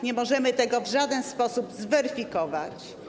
Nie możemy tego w żaden sposób zweryfikować.